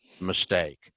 mistake